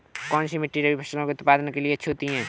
कौनसी मिट्टी रबी फसलों के उत्पादन के लिए अच्छी होती है?